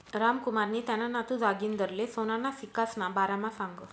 रामकुमारनी त्याना नातू जागिंदरले सोनाना सिक्कासना बारामा सांगं